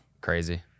Crazy